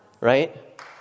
right